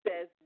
says